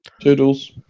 Toodles